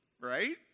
right